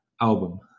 album